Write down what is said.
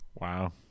Wow